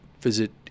visit